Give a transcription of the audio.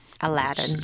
Aladdin